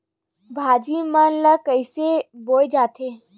भाजी मन ला कइसे बोए जाथे?